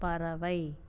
பறவை